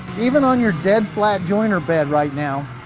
even on your dead-flat jointer bed right now,